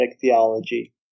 theology